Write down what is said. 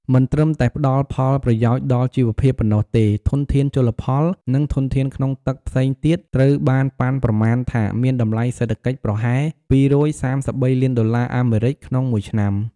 មិនត្រឹមតែផ្ដល់ផលប្រយោជន៍ដល់ជីវភាពប៉ុណ្ណោះទេ ធនធានជលផល និងធនធានក្នុងទឹកផ្សេងទៀតត្រូវបានប៉ាន់ប្រមាណថាមានតម្លៃសេដ្ឋកិច្ចប្រហែល ២៣៣ លានដុល្លារអាមេរិកក្នុងមួយឆ្នាំ។